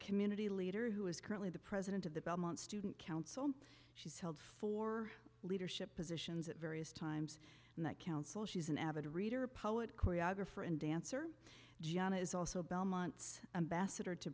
community leader who is currently the president of the belmont student council she's held for leadership positions at various times in that council she's an avid reader a poet choreographer and dancer john is also belmont's ambassador to